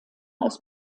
aus